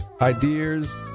ideas